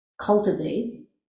cultivate